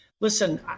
listen